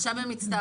עכשיו הם מצטערים.